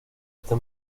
está